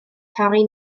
torri